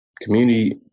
community